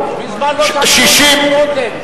מזמן לא שמענו את דוד רותם.